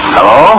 Hello